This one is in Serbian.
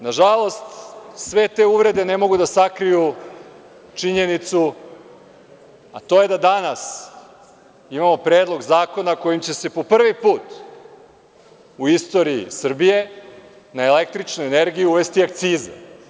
Na žalost, sve te uvrede ne mogu da sakriju činjenicu, a to je da danas imamo predlog zakona kojim će se po prvi put u istoriji Srbije na električnu energiju uvesti akciza.